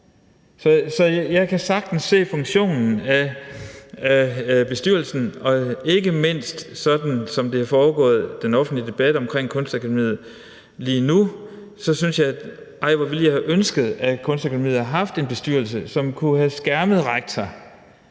Så jeg kan sagtens se funktionen af en bestyrelse, og ikke mindst som den offentlige debat omkring Kunstakademiet foregår lige nu, ville jeg virkelig have ønsket, at Kunstakademiet havde haft en bestyrelse, som kunne have skærmet rektor